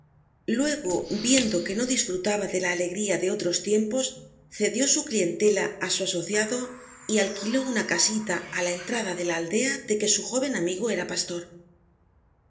luego viendo que no disfrutaba de la alegria de otros tiempos cedió'su clientela á su asociado y alquiló una casita á la entrada de la aldea de que su joven amigo era pastor